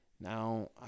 Now